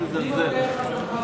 התש"ע 2010, נתקבל.